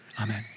Amen